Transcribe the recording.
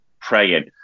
praying